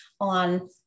on